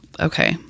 Okay